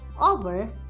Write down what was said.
over